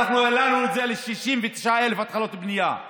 אנחנו בלמנו את עליית המחירים בדיור, חבר